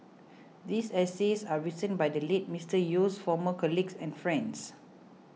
these essays are written by the late Mister Yew's former colleagues and friends